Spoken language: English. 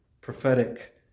prophetic